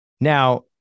Now